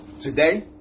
Today